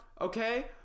okay